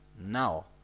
now